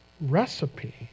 recipe